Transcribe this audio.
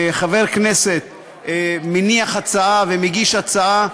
גם כשחבר כנסת מניח הצעה ומגיש הצעה,